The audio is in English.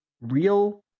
real